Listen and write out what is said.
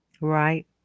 Right